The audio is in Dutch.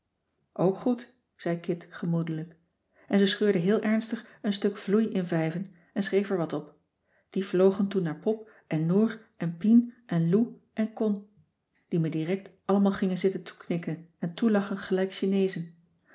ook goed zei kit gemoedelijk en ze scheurde heel ernstig een stuk vloei in vijven en schreef er wat op die vlogen toen naar pop en noor en pien en lou en con die me direct allemaal gingen zitten toe knikken en toelachen gelijk chineezen